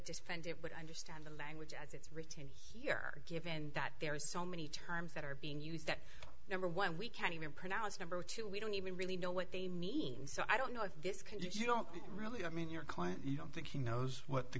defendant would understand the language as it's written here given that there is so many terms that are being used that number one we can't even pronounce number two we don't even really know what they mean so i don't know if this can you don't really i mean your client you don't think he knows what the